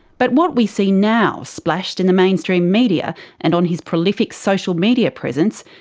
but what we see now, splashed in the mainstream media and on his prolific social media presence,